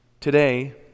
Today